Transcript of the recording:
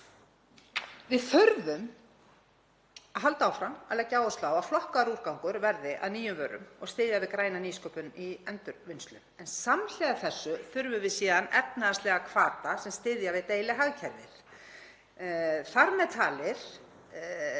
Við þurfum að halda áfram að leggja áherslu á að flokkaður úrgangur verði að nýjum vörum og styðja við græna nýsköpun í endurvinnslu. En samhliða þessu þurfum við síðan efnahagslega hvata sem styðja við deilihagkerfið. Ég tel að